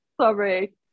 Sorry